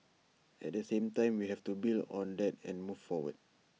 at the same time we have to build on that and move forward